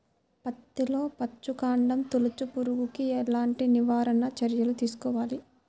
పత్తిలో వచ్చుకాండం తొలుచు పురుగుకి ఎలాంటి నివారణ చర్యలు తీసుకోవాలి?